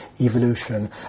evolution